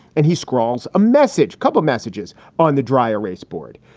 and he scrawls a message, couple of messages on the dry erase board.